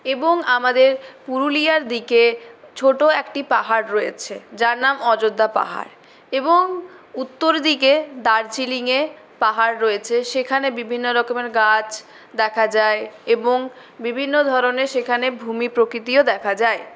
এবং আমাদের পুরুলিয়ার দিকে ছোটো একটি পাহাড় রয়েছে যার নাম অযোধ্যা পাহাড় এবং উত্তরদিকে দার্জিলিঙে পাহাড় রয়েছে সেখানে বিভিন্ন রকমের গাছ দেখা যায় এবং বিভিন্ন ধরনের সেখানে ভূমি প্রকৃতিও দেখা যায়